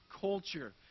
culture